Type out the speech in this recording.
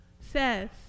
says